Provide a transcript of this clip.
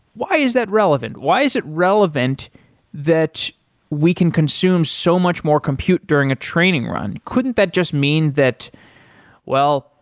why is that relevant? why is it relevant that we can consume so much more compute during a training run? couldn't that just mean that well,